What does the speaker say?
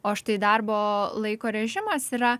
o štai darbo laiko režimas yra